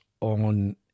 on